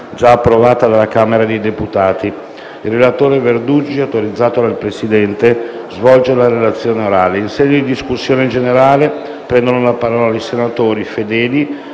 Grazie